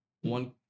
one